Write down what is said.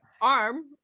arm